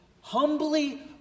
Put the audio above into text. humbly